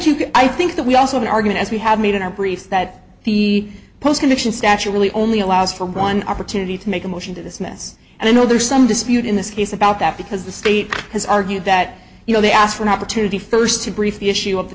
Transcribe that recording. could i think that we also are going as we have made in a brief that the post conviction statue really only allows for one opportunity to make a motion to dismiss and i know there's some dispute in this case about that because the state has argued that you know they asked for an opportunity first to brief the issue of the